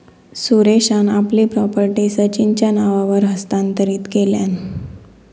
सुरेशान आपली प्रॉपर्टी सचिनच्या नावावर हस्तांतरीत केल्यान